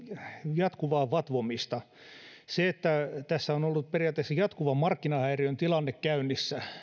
jatkuvaa vatvomista kun tässä on ollut periaatteessa jatkuva markkinahäiriön tilanne käynnissä